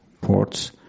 ports